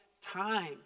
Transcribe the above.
time